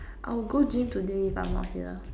I'll go gym today if I'm not here